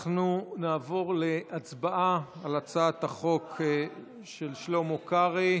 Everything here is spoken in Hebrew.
אנחנו נעבור להצבעה על הצעת החוק של שלמה קרעי.